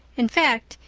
in fact,